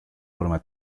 forma